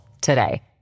today